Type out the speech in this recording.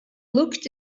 looked